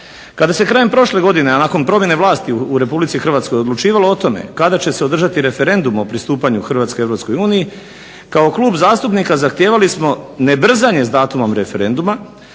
Kada se krajem prošle godine nakon promjene vlasti u RH odlučivalo o tome kada će se održati referendum o pristupanju Hrvatske EU kao klub zastupnika zahtijevali smo nebrzanje s datumom referenduma